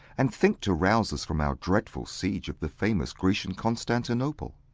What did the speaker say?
and think to rouse us from our dreadful siege of the famous grecian constantinople.